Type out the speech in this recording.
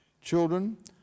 children